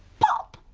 pop.